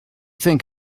think